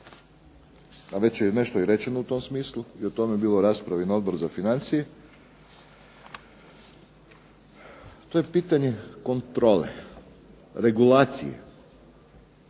a već je nešto i rečeno u tom smislu, i o tome bilo rasprave i na Odboru za financije, to je pitanje kontrole, regulacije,